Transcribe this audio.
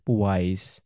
wise